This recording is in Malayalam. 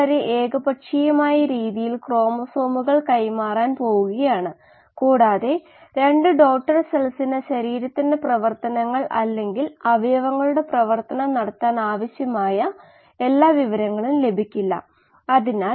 ഇത് അണുവിമുക്തമായ ഫീഡല്ല കൂടാതെ വോള്യൂമെട്രിക് അടിസ്ഥാനത്തിൽ കോശ വളർച്ചാ നിരക്കാണ് rx